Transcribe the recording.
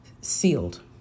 sealed